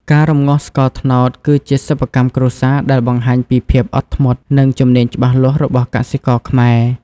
ការរំងាស់ស្ករត្នោតគឺជាសិប្បកម្មគ្រួសារដែលបង្ហាញពីភាពអត់ធ្មត់ និងជំនាញច្បាស់លាស់របស់កសិករខ្មែរ។